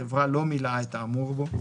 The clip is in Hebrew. והחברה לא מילאה את האמור בו,